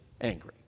angry